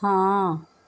ਹਾਂ